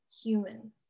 human